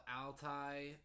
Altai